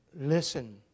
listen